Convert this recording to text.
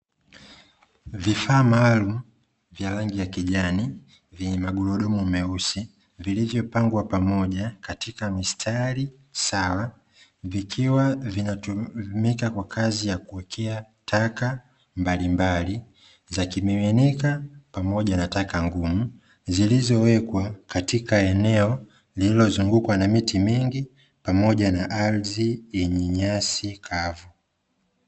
Vifaa maalumu vya rangi ya kijani, vyenye magurudumu meusi vilivyopangwa pamoja katika mistari sawa, vikiwa vinatumika kwa kazi ya kuwekea taka mbalimbali za kimiminika pamoja na taka ngumu, zilizowekwa katika eneo lililozungukwa na miti mingi pamoja na ardhi yenye nyasi kavu.